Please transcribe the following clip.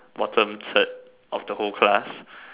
bottom third of the whole class